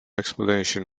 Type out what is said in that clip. explanation